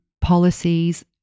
policies